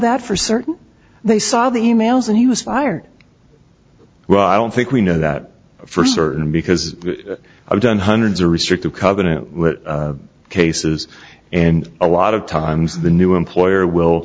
that for certain they saw the e mails and he was fired well i don't think we know that for certain because i've done hundreds or restrictive covenant cases and a lot of times the new employer will